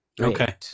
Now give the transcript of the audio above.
Okay